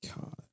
God